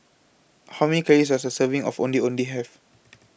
How Many Calories Does A Serving of Ondeh Ondeh Have